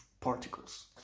particles